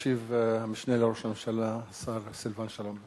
ישיב המשנה לראש הממשלה, השר סילבן שלום.